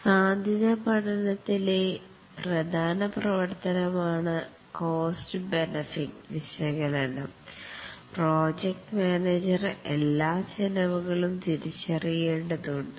സാധ്യത പഠനത്തിലെ പ്രധാന പ്രവർത്തനമാണ് കോസ്ററ് ബെനിഫിറ്റ് വിശകലനം പ്രോജക്റ്റ് മാനേജർ എല്ലാ ചെലവുകളും തിരിച്ചറിയേണ്ടതുണ്ട്